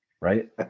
right